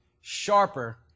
sharper